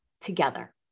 together